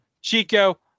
Chico